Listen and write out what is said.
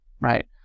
right